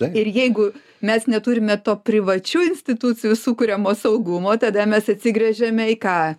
ir jeigu mes neturime to privačių institucijų sukuriamo saugumo tada mes atsigręžiame į ką